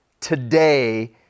today